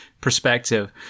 perspective